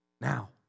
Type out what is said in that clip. Now